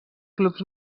clubs